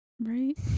right